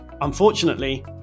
unfortunately